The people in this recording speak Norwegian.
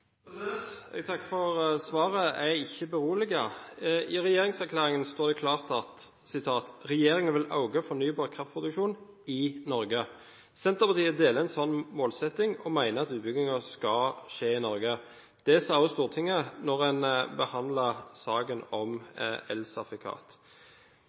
Jeg takker for svaret – jeg er ikke beroliget. I regjeringserklæringen står det klart at regjeringen vil «øke fornybar kraftproduksjon i Norge …». Senterpartiet deler en slik målsetting, og mener at utbyggingen skal skje i Norge. Det sa også Stortinget da en behandlet saken om